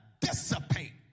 dissipate